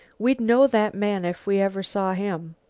we'd know that man if we ever saw him.